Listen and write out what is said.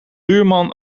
buurman